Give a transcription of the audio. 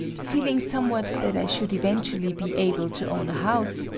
feeling somewhat that i should eventually be able to own a house,